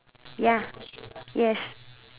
ya yes